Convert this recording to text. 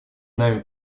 нами